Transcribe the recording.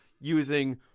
using